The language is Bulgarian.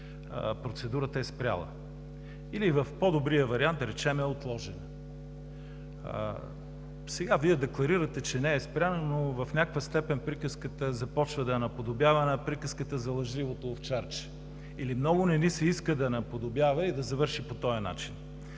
процедурата е спряла или в по-добрия вариант, да речем, е отложена. Сега Вие декларирате, че не е спряна, но в някаква степен приказката започва да наподобява на приказката за лъжливото овчарче или много не ни се иска да наподобява и да завърши по този начин.